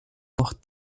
noch